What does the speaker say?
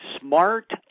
smart